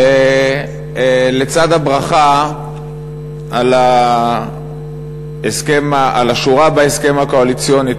ולצד הברכה על השורה בהסכם הקואליציוני,